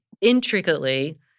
intricately